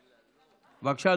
בבקשה,